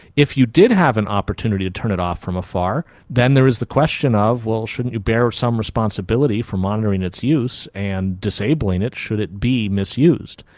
if you did have an opportunity to turn it off from afar, then there is the question of, well, shouldn't you bear some responsibility for monitoring its use and disabling it should it be misused?